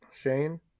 Shane